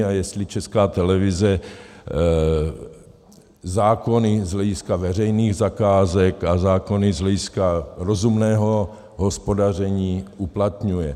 A jestli Česká televize zákony z hlediska veřejných zakázek a zákony z hlediska rozumného hospodaření uplatňuje.